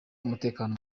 umutekano